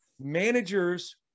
Managers